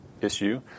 issue